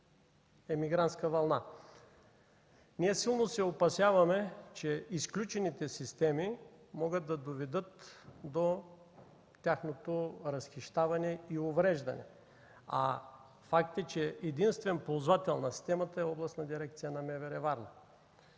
имигрантска вълна. Ние силно се опасяваме, че изключените системи могат да доведат до тяхното разхищаване и увреждане. А факт е, че единствен ползвател на системата е Областната дирекция на МВР – Варна.